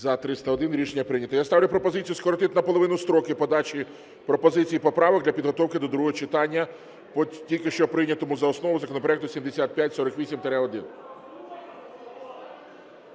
За-301 Рішення прийнято. Я ставлю пропозицію скоротити наполовину строки подачі пропозицій, поправок для підготовки до другого читання по тільки що прийнятому за основу законопроекту 7548-1.